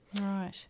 right